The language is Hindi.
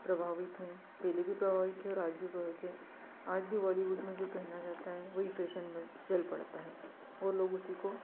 प्रभावित हैं पहले भी प्रभावित थे और आज भी प्रभावित हैं आज भी बॉलीवुड में जो पहना जाता हैं वही फ़ैशन बन चल पड़ता है और लोग उसी को